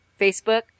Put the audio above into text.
Facebook